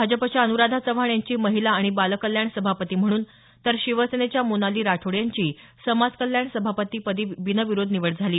भाजपच्या अनुराधा चव्हाण यांची महिला आणि बाल कल्याण सभापती म्हणून तर शिवसेनेच्या मोनाली राठोड यांची समाज कल्याण सभापतीपदी बिनविरोध निवड झाली